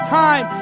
time